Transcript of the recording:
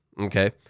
okay